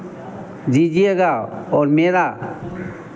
दीजिएगा और मेरा